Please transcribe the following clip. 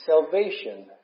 salvation